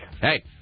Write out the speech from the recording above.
Hey